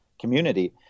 community